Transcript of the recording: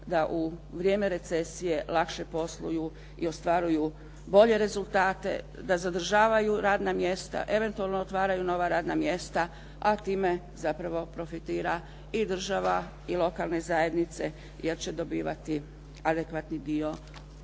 da u vrijeme recesije lakše posluju i ostvaruju bolje rezultate, da zadržavaju radna mjesta, eventualno otvaraju nova radna mjesta a time zapravo profitira i država i lokalne zajednice jer će dobivati adekvatni dio